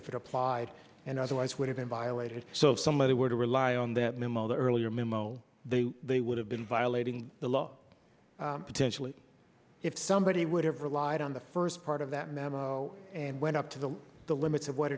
if it applied and otherwise would have been violated so if somebody were to rely on that memo the earlier memo they they would have been violating the law potentially if somebody would have relied on the first part of that memo and went up to the limits of what